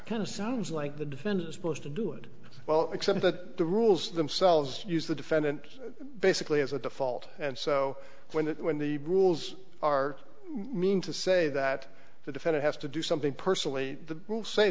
can sounds like the defendant supposed to do it well except that the rules themselves use the defendant basically as a default and so when that when the rules are mean to say that the defendant has to do something personally the rules say